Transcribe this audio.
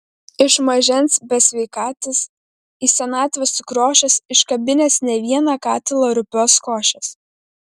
iš mažens besveikatis į senatvę sukriošęs iškabinęs ne vieną katilą rupios košės